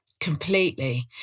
Completely